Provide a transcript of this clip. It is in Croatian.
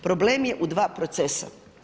Problem je u dva procesa.